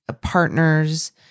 partner's